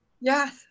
Yes